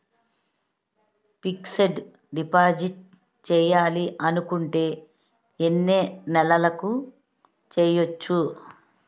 Fixed deposit చేయాలి అనుకుంటే ఎన్నే నెలలకు చేయొచ్చు?